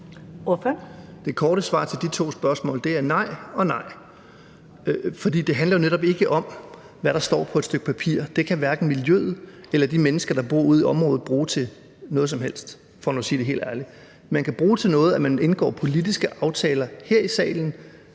Det korte svar til de to spørgsmål er nej og nej. For det handler jo netop ikke om, hvad der står på et stykke papir, for det kan hverken miljøet eller de mennesker, der bor ude i området, bruge til noget som helst, for nu at sige det helt ærligt. Man kan bruge til noget, at man indgår politiske aftaler her i salen